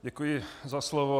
Děkuji za slovo.